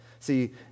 See